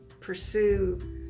pursue